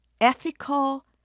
ethical